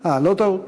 לא טעות?